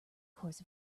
course